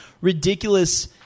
ridiculous